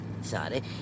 Sorry